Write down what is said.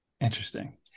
interesting